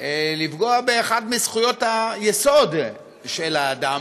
לפגוע באחת מזכויות היסוד של האדם,